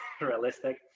realistic